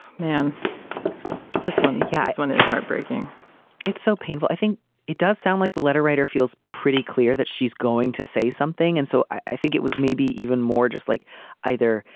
man this one yeah yes one it is heartbreaking it's so painful i think it does sound like the letter writer feels pretty clear that she's going to say something and so i think it was maybe even more just like either.